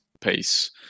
pace